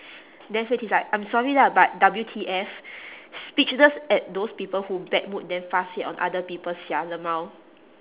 then hui ting is like I'm sorry lah but W_T_F speechless at those people who bad mood then fuss it on other people sia LMAO